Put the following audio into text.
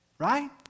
right